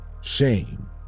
Shame